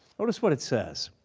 notice what it says.